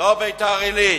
לא ביתר-עילית,